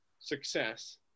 success